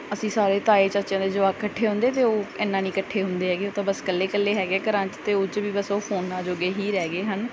ਅਸੀਂ ਸਾਰੇ ਤਾਏ ਚਾਚਿਆਂ ਦੇ ਜਵਾਕ ਇਕੱਠੇ ਹੁੰਦੇ ਅਤੇ ਉਹ ਇੰਨਾ ਨਹੀਂ ਇਕੱਠੇ ਹੁੰਦੇ ਹੈਗੇ ਉਹ ਤਾਂ ਬਸ ਇਕੱਲੇ ਇਕੱਲੇ ਹੈਗੇ ਆ ਘਰਾਂ 'ਚ ਅਤੇ ਉਹ 'ਚ ਵੀ ਬਸ ਉਹ ਫੋਨਾਂ ਜੋਗੇ ਹੀ ਰਹਿ ਗਏ ਹਨ